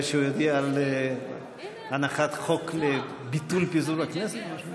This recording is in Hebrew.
אני מקווה שהוא יודיע על הנחת חוק לביטול פיזור הכנסת.